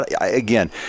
Again